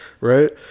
right